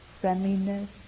friendliness